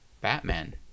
Batman